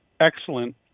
excellent